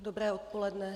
Dobré odpoledne.